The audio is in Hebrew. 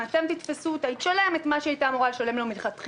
אם אתם תתפסו אותה היא תשלם את מה שהיא הייתה אמורה לשלם לו מלכתחילה.